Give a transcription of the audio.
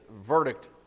verdict